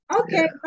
okay